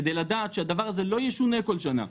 כדי לדעת שהדבר הזה לא ישונה בכל שנה,